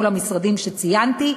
כל המשרדים שציינתי,